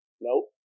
Nope